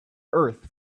earth